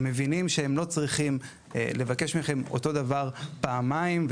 הם מבינים שהם לא צריכים לבקש מכם אותו דבר פעמיים,